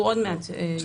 הוא עוד מעט יצטרף.